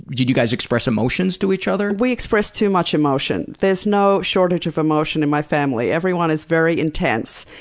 did you guys express emotions to each other? we expressed too much emotion. there's no shortage of emotion in my family. everyone is very intense.